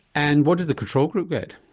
and what did the control group get?